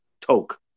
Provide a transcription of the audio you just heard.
toke